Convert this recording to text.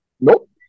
Nope